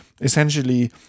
essentially